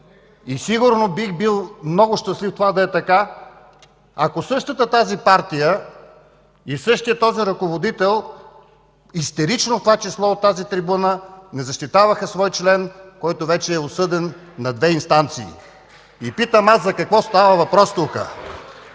Сигурно бих бил много щастлив това да е така, ако същата тази партия и същият този ръководител истерично, в това число от тази трибуна, не защитаваха свой член, който вече е осъден на две инстанции. И питам аз: за какво става въпрос тук?